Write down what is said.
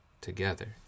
together